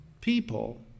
people